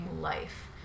life